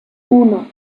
uno